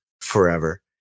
forever